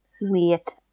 Wait